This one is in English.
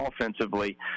offensively